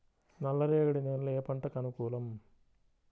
నల్ల రేగడి నేలలు ఏ పంటకు అనుకూలం?